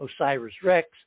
OSIRIS-REx